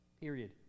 Period